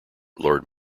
lord